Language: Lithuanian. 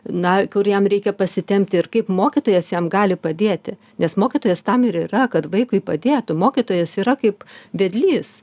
na kur jam reikia pasitempti ir kaip mokytojas jam gali padėti nes mokytojas tam ir yra kad vaikui padėtų mokytojas yra kaip vedlys